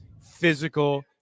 physical